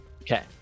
Okay